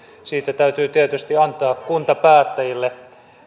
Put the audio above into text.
siitä täytyy tietysti antaa kuntapäättäjille